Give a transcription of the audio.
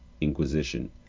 inquisition